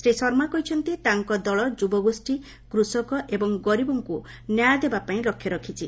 ଶ୍ରୀ ଶର୍ମା କହିଛନ୍ତି ତାଙ୍କ ଦଳ ଯୁବଗୋଷ୍ଠୀ କୃଷକ ଏବଂ ଗରିବଙ୍କୁ ନ୍ୟାୟ ଦେବାପାଇଁ ଲକ୍ଷ୍ୟ ରଖିଛନ୍ତି